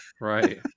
right